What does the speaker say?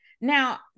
Now